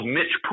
Mitch